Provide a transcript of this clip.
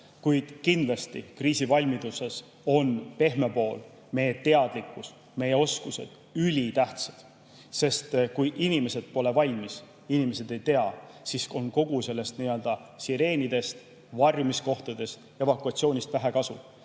Kuid kindlasti kriisivalmiduses on ka pehme pool – meie teadlikkus, meie oskused – ülitähtis. Sest kui inimesed pole valmis, kui inimesed ei tea, siis on kõigist neist sireenidest, varjumiskohtadest, evakuatsioonist vähe kasu.